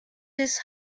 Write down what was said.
his